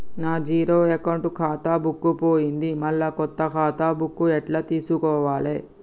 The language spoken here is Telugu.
నా జీరో అకౌంట్ ఖాతా బుక్కు పోయింది మళ్ళా కొత్త ఖాతా బుక్కు ఎట్ల తీసుకోవాలే?